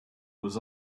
was